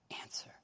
answer